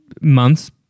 months